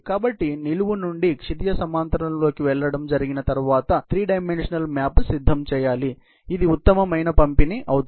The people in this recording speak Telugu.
కాబట్టి నిలువు నుండి క్షితిజ సమాంతరంలోకి వెళ్లడం జరిగిన తరువాత 3 డైమెన్షనల్ మ్యాప్ సిద్ధం చేయాలి ఇది ఉత్తమమైన పంపిణీ అవుతుంది